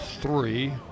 three